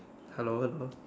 hello hello